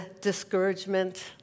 discouragement